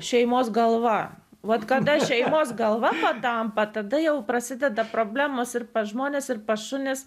šeimos galva vat kada šeimos galva patampa tada jau prasideda problemos ir pas žmones ir pas šunis